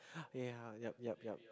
ya yup yup yup